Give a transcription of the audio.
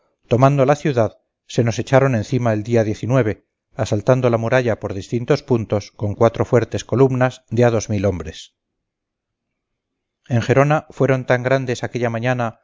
tomando la ciudad se nos echaron encima el día asaltando la muralla por distintos puntos con cuatro fuertes columnas de a dos mil hombres en gerona fueron tan grandes aquella mañana